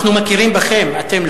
אנחנו מכירים בכם, אתם לא.